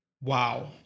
Wow